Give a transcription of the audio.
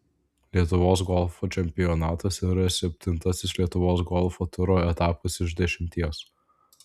lietuvos golfo čempionatas yra septintasis lietuvos golfo turo etapas iš dešimties